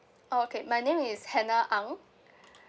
oh okay my name is hannah ang